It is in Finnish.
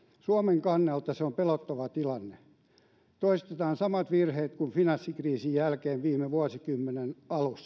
suomen kannalta se on pelottava tilanne toistetaan samat virheet kuin finanssikriisin jälkeen viime vuosikymmenen alussa kun veroja ja